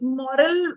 moral